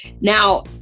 Now